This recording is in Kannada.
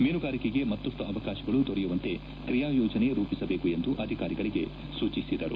ಮೀನುಗಾರಿಕೆಗೆ ಮತ್ತಷ್ಟು ಅವಕಾಶಗಳು ದೊರೆಯುವಂತೆ ಕ್ರೀಯಾ ಯೋಜನೆ ರೂಪಿಸಬೇಕೆಂದು ಅಧಿಕಾರಿಗಳಿಗೆ ಸೂಚಿಸಿದರು